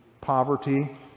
poverty